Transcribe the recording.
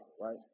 right